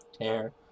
hair